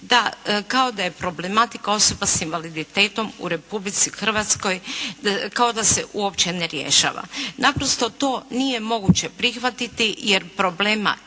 da, kao da je problematika osoba s invaliditetom u Republici Hrvatskoj kao da se uopće ne rješava. Naprosto to nije moguće prihvatiti jer problema